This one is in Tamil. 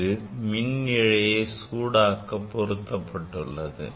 இது மின் இழையை சூடாக்க பொருத்தப்பட்டுள்ளது